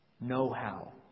know-how